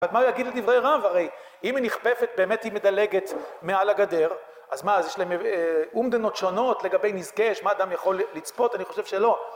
אז מה להגיד לדברי רב? הרי אם היא נכפפת, באמת היא מדלגת מעל הגדר. אז מה אז יש להם אומדנות שונות לגבי נזקי מה האדם יכול לצפות אני חושב שלא